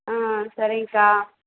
ஆ சரிங்க்கா